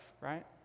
right